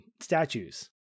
statues